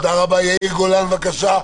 אלי אבידר, בבקשה.